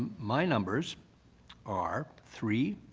my numbers are three,